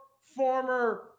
former